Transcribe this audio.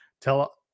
tell